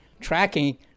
Tracking